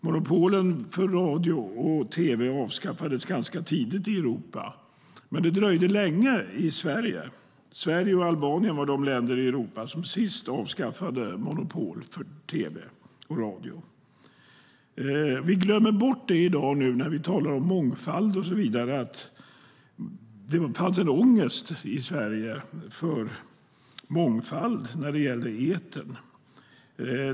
Monopolen för radio och tv avskaffades ganska tidigt i Europa, men det dröjde länge i Sverige. Sverige och Albanien var de länder i Europa som sist avskaffade monopol för tv och radio. Vi glömmer bort i dag när vi talar om mångfald och så vidare att det fanns en ångest i Sverige för mångfald när det gällde etern.